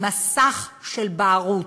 מסך של בערות.